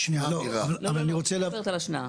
לא, לא, לא מדברת על השנעה.